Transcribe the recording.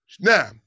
Now